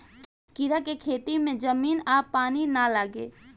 कीड़ा के खेती में जमीन आ पानी ना लागे